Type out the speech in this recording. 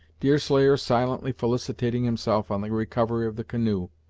deerslayer silently felicitating himself on the recovery of the canoe,